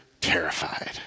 terrified